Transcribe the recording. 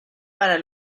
para